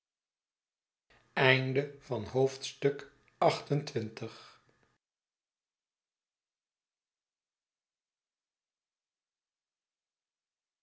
slot van het